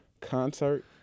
concert